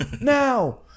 now